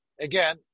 again